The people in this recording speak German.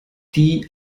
die